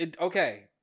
Okay